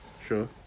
Sure